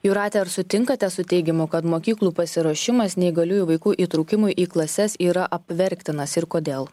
jūrate ar sutinkate su teigimu kad mokyklų pasiruošimas neįgaliųjų vaikų įtraukimui į klases yra apverktinas ir kodėl